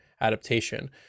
adaptation